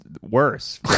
worse